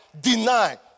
deny